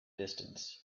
distance